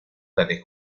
tales